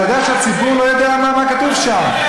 אתה יודע שהציבור לא יודע מה כתוב שם,